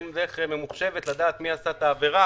אין דרך ממוחשבת לדעת מי עשה את העבירה,